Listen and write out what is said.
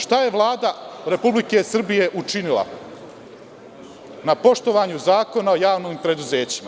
Šta je Vlada Republike Srbije učinila na poštovanju Zakona o javnim preduzećima?